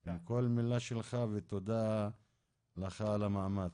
על כל מילה שלך ותודה לך על המאמץ.